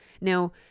Now